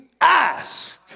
ask